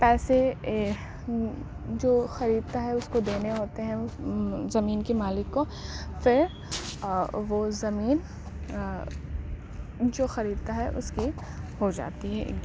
پیسے جو خریدتا ہے اس کو دینے ہوتے ہیں زمین کے مالک کو پھر وہ زمین جو خریدتا ہے اس کی ہو جاتی ہے